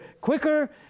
quicker